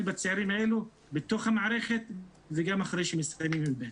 בצעירים האלו בתוך המערכת וגם אחרי שמסיימים י"ב.